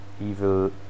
evil